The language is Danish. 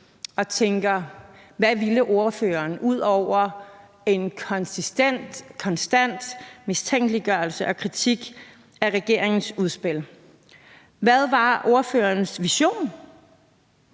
og tænker: Hvad ville ordføreren ud over en konsistent, konstant mistænkeliggørelse og kritik af regeringens udspil? Hvad var ordførerens vision,